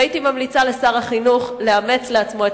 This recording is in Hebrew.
והייתי ממליצה לשר החינוך לאמץ לעצמו את